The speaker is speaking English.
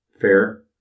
fair